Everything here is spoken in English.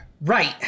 Right